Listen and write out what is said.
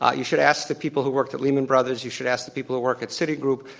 ah you should ask the people who worked at lehman brothers. you should ask the people who work at citigroup,